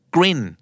Grin